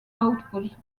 output